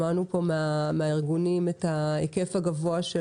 שמענו פה מהארגונים את ההיקף הגבוה של